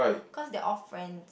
cause they're all friend